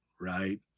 right